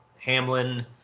Hamlin